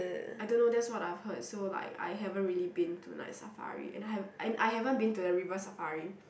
I don't know that's what I've heard so like I haven't really been to Night-Safari and I have and I haven't been to the River-Safari